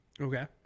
okay